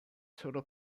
sono